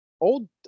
old